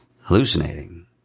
Hallucinating